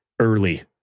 early